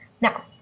Now